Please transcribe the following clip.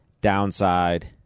downside